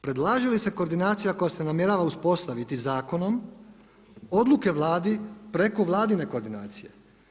Predlaže li se koordinacija koja se namjerava uspostaviti zakonom odluke Vladi preko vladine koordinacije.